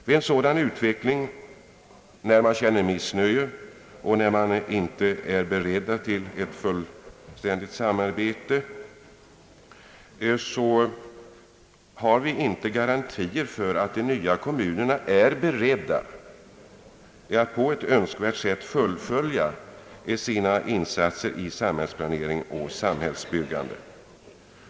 Vid en sådan utveckling, dvs. att man känner missnöje och inte är beredd att vara med om ett fullständigt samarbete, saknas garantier för att de nya kommunerna kommer att på ett önskvärt sätt fullfölja sina insatser i samhällsplaneringen och samhällsbyggandet.